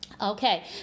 Okay